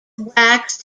waxed